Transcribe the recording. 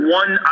one